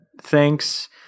thanks